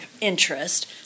interest